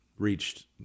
reached